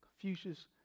Confucius